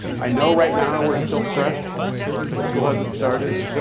i know right now, we're still fresh because school hasn't started.